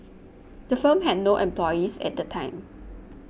the firm had no employees at the time